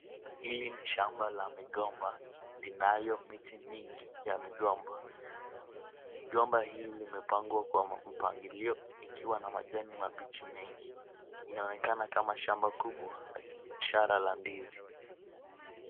Hili ni shamba la migomba linalo miti mingi ya migomba. Migomba hii imepangwa kwa mpangilio ikiwa na majani mabichi mengi. Inaonekana kama shamba kubwa la kibiashara la ndizi.